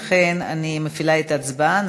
ולכן אני מפעילה את ההצבעה.